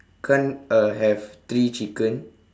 kan uh have three chicken